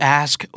ask